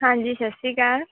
ਹਾਂਜੀ ਸਤਿ ਸ਼੍ਰੀ ਅਕਾਲ